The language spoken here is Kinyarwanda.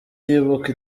yibuka